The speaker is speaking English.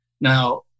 Now